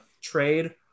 trade